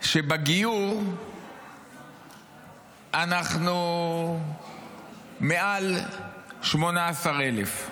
שבגיור אנחנו מעל 18,000,